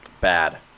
Bad